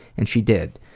and she did.